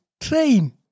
train